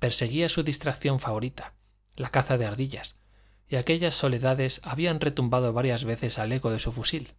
perseguía su distracción favorita la caza de ardillas y aquellas soledades habían retumbado varias veces al eco de su fusil